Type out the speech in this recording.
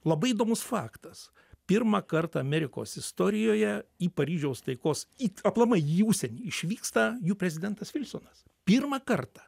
labai įdomus faktas pirmą kartą amerikos istorijoje į paryžiaus taikos į aplamai į užsienį išvyksta jų prezidentas vilsonas pirmą kartą